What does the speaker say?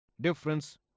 difference